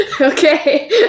Okay